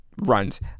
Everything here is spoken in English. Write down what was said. runs